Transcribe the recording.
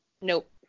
Nope